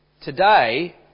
today